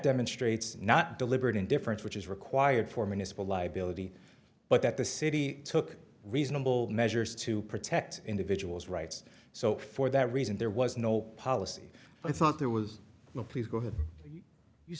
demonstrates not deliberate indifference which is required for municipal liability but that the city took reasonable measures to protect individual's rights so for that reason there was no policy i thought there was no please go ahead you